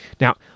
Now